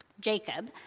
Jacob